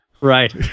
Right